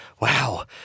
Wow